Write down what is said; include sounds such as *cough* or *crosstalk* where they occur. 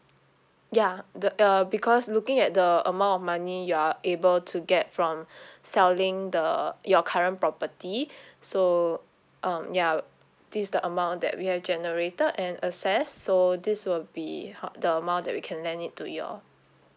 ya the uh because looking at the amount of money you are able to get from *breath* selling the your current property *breath* so um ya this is the amount that we have generated and assess so this will be ho~ the amount that we can lend it to you all